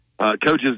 coaches